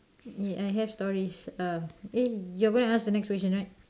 ya I have stories uh you're going to ask the next question right